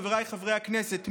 חבריי חברי הכנסת,